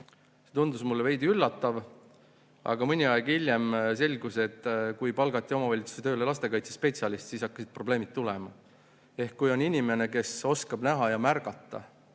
See tundus mulle veidi üllatav. Aga mõni aeg hiljem selgus, et kui palgati omavalitsusse tööle lastekaitsespetsialist, siis hakkasid probleemid tulema. Ehk kui on inimene, kes oskab näha ja märgata,